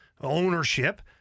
ownership